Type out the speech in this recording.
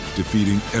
defeating